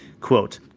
Quote